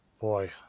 Boy